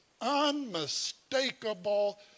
unmistakable